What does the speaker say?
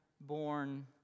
born